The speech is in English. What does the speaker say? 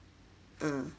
ah